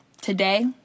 Today